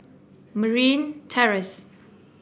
Marine Terrace